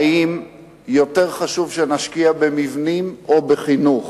האם יותר חשוב שנשקיע במבנים או בחינוך,